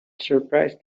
surprised